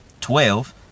twelve